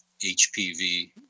HPV